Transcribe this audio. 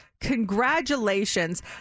congratulations